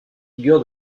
figure